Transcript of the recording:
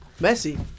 Messi